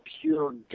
pure